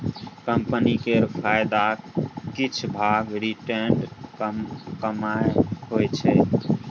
company केर फायदाक किछ भाग रिटेंड कमाइ होइ छै